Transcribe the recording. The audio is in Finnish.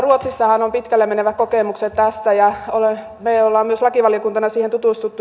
ruotsissahan on pitkälle menevät kokemukset tästä ja me olemme lakivaliokuntana siihen tutustuneet